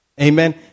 Amen